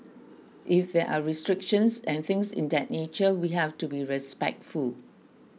if there are restrictions and things in that nature we have to be respectful